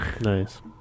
Nice